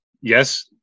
Yes